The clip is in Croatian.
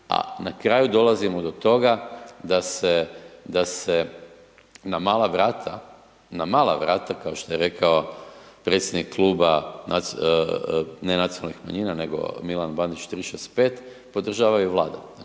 a na kraju dolazimo do toga da se na mala vrata, na mala vrata, kao što je rekao predsjednik kluba, ne nacionalnih manjina, nego Milan Bandić 365, podržava i Vlada.